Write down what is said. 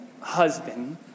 husband